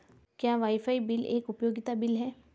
क्या wifi bill एक उपयोगिता बिल है?